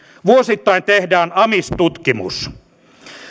vuosittain tehdään amis tutkimus